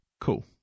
Cool